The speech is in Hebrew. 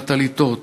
עם הטליתות,